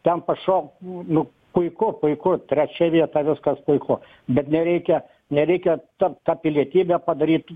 ten pašok nu puiku puiku trečia vieta viskas puiku bet nereikia nereikia tap ta pilietybę padaryt